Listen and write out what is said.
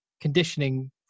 conditioning